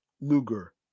Luger